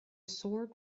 sword